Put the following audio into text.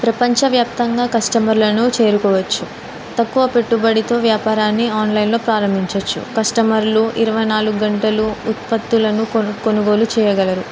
ప్రపంచవ్యాప్తంగా కస్టమర్లను చేరుకోవచ్చు తక్కువ పెట్టుబడితో వ్యాపారాన్ని ఆన్లైన్లో ప్రారంభించ వచ్చు కస్టమర్లు ఇరవై నాలుగు గంటలు ఉత్పత్తులను కొను కొనుగోలు చెయ్యగలరు